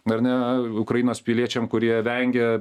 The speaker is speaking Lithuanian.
ar ne ukrainos piliečiam kurie vengia